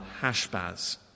Hashbaz